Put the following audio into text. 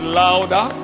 louder